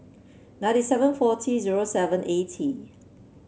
ninety seven forty zero seven eighty